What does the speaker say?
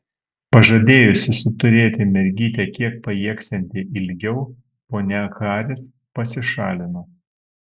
pažadėjusi suturėti mergytę kiek pajėgsianti ilgiau ponia haris pasišalino